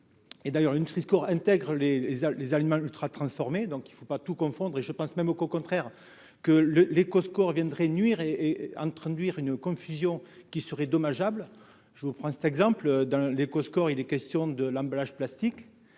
et d'ailleurs une crise qu'on intègre les les aliments ultratransformés donc il ne faut pas tout confondre et je pense même qu'au contraire que le les Costco reviendrait nuire et est en train de lire une confusion qui serait dommageable je vous prends cet exemple dans l'éco-score, il est question de l'emballage plastique